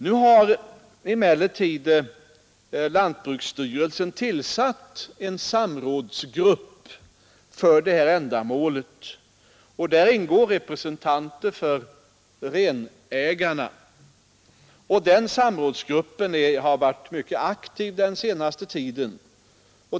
Nu har emellertid lantbruksstyrelsen tillsatt en samrådsgrupp för detta ändamål, och i den ingår representanter för renägarna. Den samrådsgruppen har varit mycket aktiv den senaste tiden.